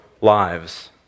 lives